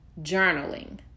journaling